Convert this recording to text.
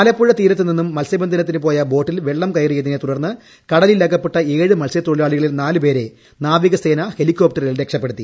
ആലപ്പുഴ തീരുത്തുനിന്നും മത്സ്യബന്ധനത്തിന് പോയ ബോട്ടിൽ വെളളം കയറിയതിനെതുടർന്ന് കടലിൽ അകപ്പെട്ട ഏഴ് മത്സ്യത്തൊഴിലാളികളിൽ നാല് പേരെ നാവിക സേനാ ഹെലികോപ്റ്ററിൽ രക്ഷപ്പെടുത്തി